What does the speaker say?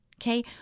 Okay